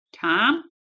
Tom